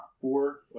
Four